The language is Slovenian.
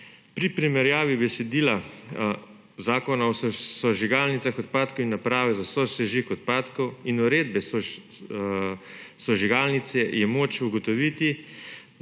Pri primerjavi besedila zakona o sežigalnicah odpadkov in napravah za sosežig odpadkov in uredbe za sežigalnice je moč ugotoviti,